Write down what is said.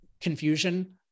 confusion